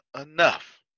enough